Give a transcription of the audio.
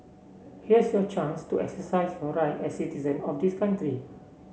here's your chance to exercise your right as citizen of this country